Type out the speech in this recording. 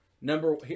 number